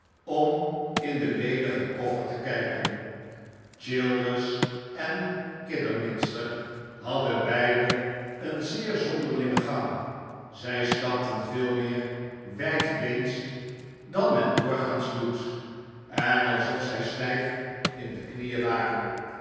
om in den ledigen koffer te kijken childers en kidderminster haddenbeiden een zeer zonderlingen gang zij stapten veel meer wijdbeens dan men doorgaans doet en alsof zij stijf in de knieen waren